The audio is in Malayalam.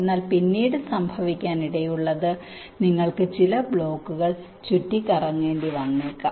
എന്നാൽ പിന്നീട് സംഭവിക്കാനിടയുള്ളത് നിങ്ങൾക്ക് ചില ബ്ലോക്കുകൾ ചുറ്റിക്കറങ്ങേണ്ടി വന്നേക്കാം